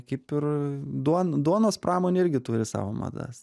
kaip ir duon duonos pramonė irgi turi savo madas